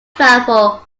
travel